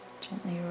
gently